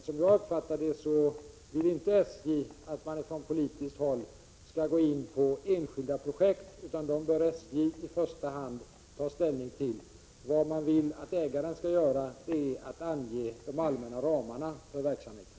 Som jag uppfattar det vill inte SJ att man från politiskt håll skall gå in i enskilda projekt, utan dem bör i första hand SJ ta ställning till. Vad ägaren skall göra är att ange de allmänna ramarna för verksamheten.